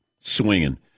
swinging